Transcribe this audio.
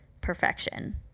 perfection